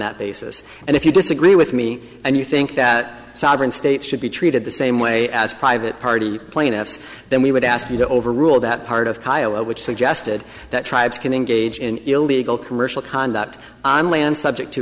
that basis and if you disagree with me and you think that sovereign states should be treated the same way as private party plaintiffs then we would ask you to overrule that part of it which suggested that tribes can engage in illegal commercial conduct on land subject to